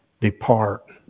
Depart